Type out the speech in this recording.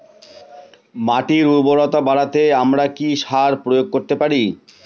মাটির উর্বরতা বাড়াতে আমরা কি সার প্রয়োগ করতে পারি?